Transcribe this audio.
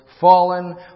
Fallen